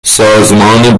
سازمان